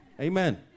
amen